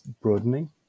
broadening